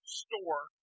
store